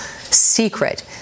secret